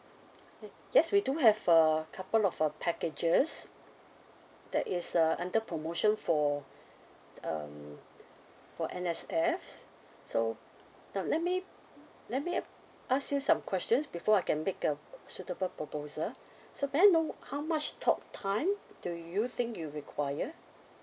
yes we do have a couple of uh packages that is uh under promotion for um for N_S_Fs so now let me let me ask you some questions before I can make a suitable proposal so may I know how much talk time do you think you require